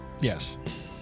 Yes